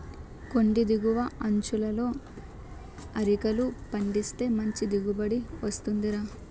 కొండి దిగువ అంచులలో అరికలు పండిస్తే మంచి దిగుబడి వస్తుందిరా